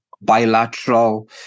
bilateral